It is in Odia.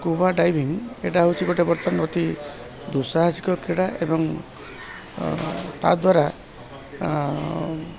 ସ୍କୁବା ଡାଇଭିଂ ଏଇଟା ହେଉଛି ଗୋଟେ ବର୍ତ୍ତମାନ ଅତି ଦୁଃସାହାସିକ କ୍ରୀଡ଼ା ଏବଂ ତାଦ୍ୱାରା